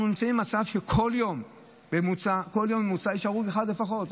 אנחנו נמצאים במצב שבבו בכל יום יש הרוג אחד בממוצע לפחות.